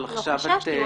לא חששתי.